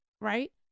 right